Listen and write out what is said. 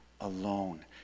alone